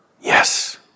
Yes